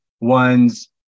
one's